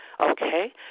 okay